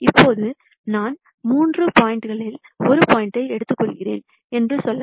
இப்போது நான் மூன்று பாயிண்ட்களில் ஒரு பாயிண்ட்யை எடுத்துக்கொள்கிறேன் என்று சொல்லலாம்